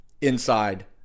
Inside